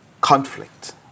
conflict